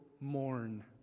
mourn